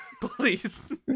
Please